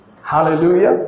Hallelujah